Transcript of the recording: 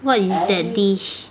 what is that dish